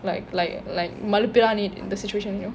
like like like மழுப்பு:mazhuppu the situation you know